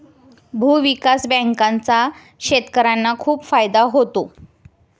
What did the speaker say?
भूविकास बँकांचा शेतकर्यांना खूप फायदा होतो